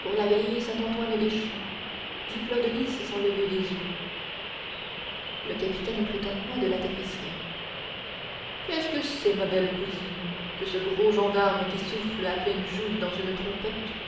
pour l'abbaye saint-antoine des champs dit fleur de lys sans lever les yeux le capitaine prit un coin de la tapisserie qu'est-ce que c'est ma belle cousine que ce gros gendarme qui souffle à pleines joues dans une trompette